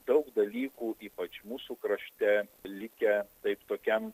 daug dalykų ypač mūsų krašte likę taip tokiam